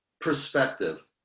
perspective